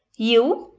you,